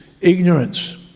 ignorance